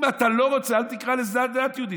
אם אתה לא רוצה, אל תקרא לזה דת יהודית.